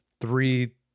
three